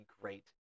great